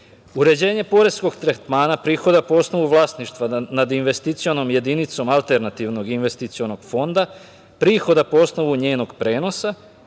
godinu. Uređenje poreskog tretmana prihoda po osnovu vlasništva nad investicionom jedinicom alternativnog investicionog fonda, prihoda po osnovu njenog prenosa,